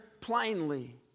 plainly